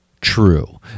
true